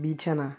বিছানা